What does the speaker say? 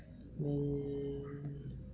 मेरा फोनपे और WhatsApp number एक ही है